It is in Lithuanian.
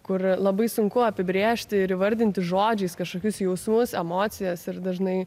kur labai sunku apibrėžti ir įvardinti žodžiais kažkokius jausmus emocijas ir dažnai